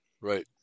right